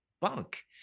bunk